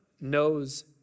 knows